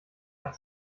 hat